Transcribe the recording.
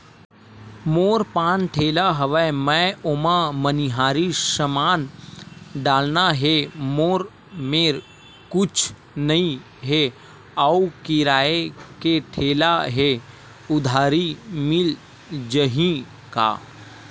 मोर पान ठेला हवय मैं ओमा मनिहारी समान डालना हे मोर मेर कुछ नई हे आऊ किराए के ठेला हे उधारी मिल जहीं का?